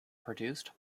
produced